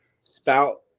spout